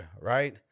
right